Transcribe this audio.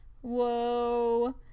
Whoa